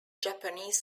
japanese